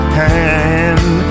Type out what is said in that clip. hand